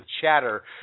chatter